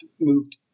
moved